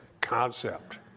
concept